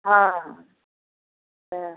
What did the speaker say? हँ